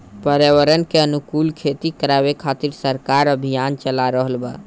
पर्यावरण के अनुकूल खेती करावे खातिर सरकार अभियान चाला रहल बा